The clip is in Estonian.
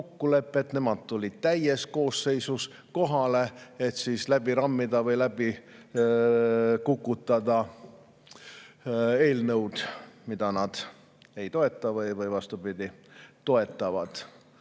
Nemad tulid täies koosseisus kohale, et läbi rammida või läbi kukutada eelnõud, mida nad ei toeta või, vastupidi, toetavad.